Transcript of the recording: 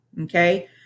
Okay